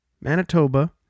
manitoba